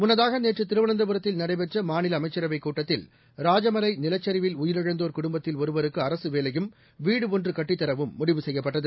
முன்னதாக நேற்று திருவனந்தபுரத்தில் நடைபெற்ற மாநில அமைச்சரவைக் கூட்டத்தில் ராஜமலை நிலச்சரிவில் உயிரிழந்தோர் குடும்பத்தில் ஒருவருக்கு அரசு வேலையும் வீடு ஒன்று கட்டித் தரவும் முடிவு செய்யப்பட்டது